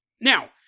Now